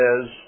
says